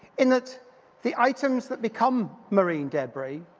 in that the items that become marine debris,